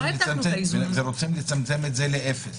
רוצים לצמצם את זה לאפס